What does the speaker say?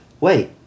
wait